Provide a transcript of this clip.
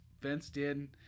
fenced-in